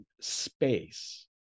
space